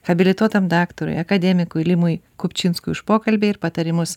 habilituotam daktarui akademikui limui kupčinskui už pokalbį ir patarimus